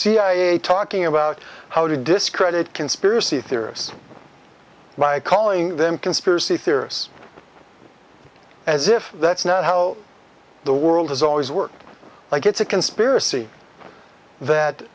cia talking about how to discredit conspiracy theorists by calling them conspiracy theorists as if that's not how the world has always worked like it's a conspiracy that